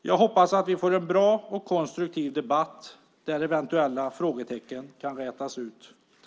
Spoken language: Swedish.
Jag hoppas att vi får en bra och konstruktiv debatt där eventuella frågetecken kan rätas ut.